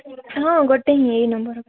ହଁ ଗୋଟେ ହିଁ ଏଇ ନମ୍ବର୍